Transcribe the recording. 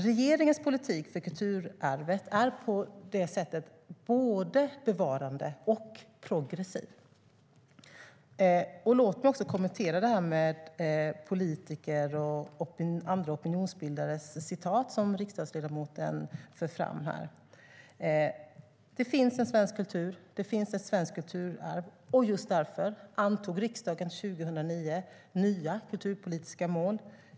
Regeringens politik för kulturarvet är på det sättet både bevarande och progressiv. Låt mig också kommentera det här med politikers och andra opinionsbildares citat som riksdagsledamoten för fram. Det finns en svensk kultur. Det finns ett svenskt kulturarv. Just därför antog riksdagen 2009 nya kulturpolitiska mål.